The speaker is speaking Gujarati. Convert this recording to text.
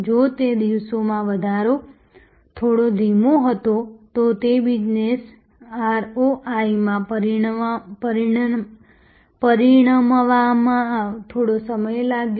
જો તે દિવસોમાં વધારો થોડો ધીમો હતો તો તેને બિઝનેસ ROI માં પરિણમવામાં થોડો સમય લાગ્યો